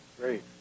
great